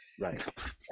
Right